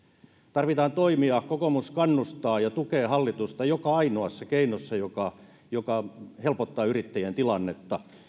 tarvitaan toimia kokoomus kannustaa ja tukee hallitusta joka ainoassa keinossa joka joka helpottaa yrittäjien tilannetta